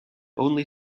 only